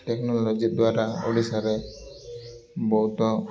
technology ଦ୍ୱାରା ଓଡ଼ିଶାରେ ବହୁତ